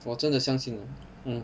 我真的相信你 mm